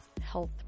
Health